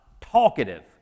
Talkative